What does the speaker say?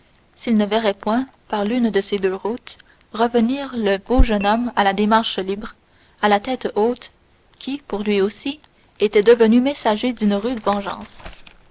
s'il ne verrait point par l'une de ces deux routes revenir le beau jeune homme à la démarche libre à la tête haute qui pour lui aussi était devenu messager d'une rude vengeance